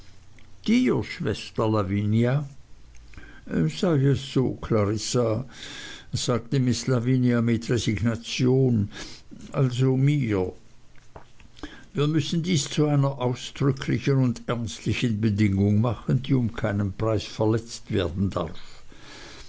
dir schwester lavinia sei es so clarissa sagte miß lavinia mit resignation also mir wir müssen dies zu einer ausdrücklichen und ernstlichen bedingung machen die um keinen preis verletzt werden darf